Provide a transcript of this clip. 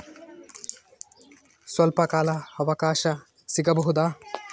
ಸ್ವಲ್ಪ ಕಾಲ ಅವಕಾಶ ಸಿಗಬಹುದಾ?